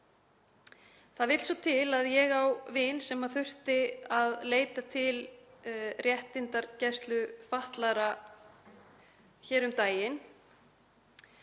Það vill svo til að ég á vin sem þurfti að leita til réttindagæslu fatlaðra hér um daginn